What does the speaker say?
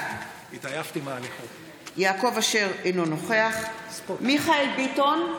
בעד יעקב אשר אינו נוכח דוד ביטן,